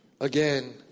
Again